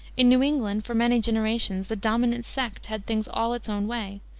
in new england, for many generations, the dominant sect had things all its own way,